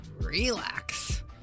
relax